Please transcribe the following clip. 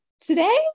today